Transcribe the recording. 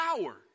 power